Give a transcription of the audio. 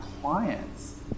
clients